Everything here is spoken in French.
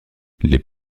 les